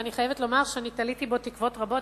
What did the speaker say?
ואני חייבת לומר שאני תליתי בו תקוות רבות.